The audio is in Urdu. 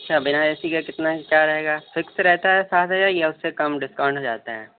اچھا بنا اے سی کا کتنا اس کا رہے گا فکس رہتا ہے سارے یا پھر کم ڈسکاؤنٹ ہو جاتا ہے